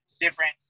different